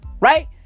Right